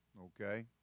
Okay